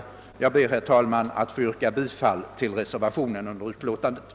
Jag ber, herr talman, att få yrka bifall till reservationen vid utskottets utlåtande.